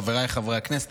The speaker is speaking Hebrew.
חבריי חברי הכנסת,